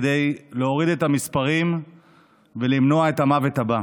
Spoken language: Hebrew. כדי להוריד את המספרים ולמנוע את המוות הבא.